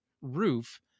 roof